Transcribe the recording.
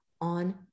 on